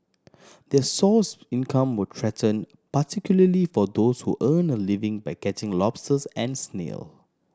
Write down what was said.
their source income were threaten particularly for those who earn a living by catching lobsters and snail